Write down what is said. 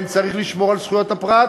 כן, צריך לשמור על זכויות הפרט,